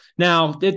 Now